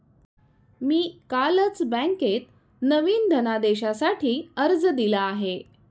मी कालच बँकेत नवीन धनदेशासाठी अर्ज दिला आहे